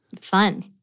Fun